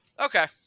Okay